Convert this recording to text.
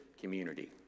community